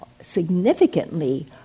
significantly